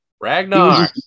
Ragnar